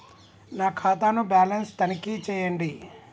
నా ఖాతా ను బ్యాలన్స్ తనిఖీ చేయండి?